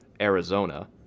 arizona